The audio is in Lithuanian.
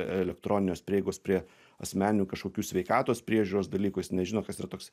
elektroninės prieigos prie asmeninių kažkokių sveikatos priežiūros dalykų jis nežino kas yra toks